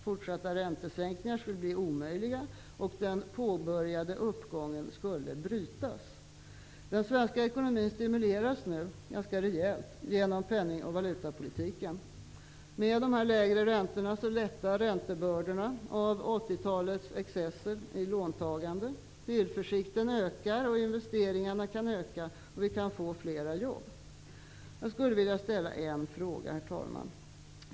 Forsatta räntesänkningar skulle bli omöjliga. Den påbörjade uppgången skulle brytas. Den svenska ekonomin stimuleras nu ganska rejält genom penning och valutapolitiken. De lägre räntorna innebär att räntebördorna efter 80-talets excesser i låntagande lättar. Tillförsikten ökar, och investeringar kan öka. Vi kan få flera jobb. Herr talman! Jag skulle vilja ställa en fråga.